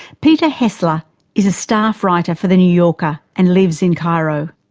peter hessler is a staff writer for the new yorker and lives in cairo.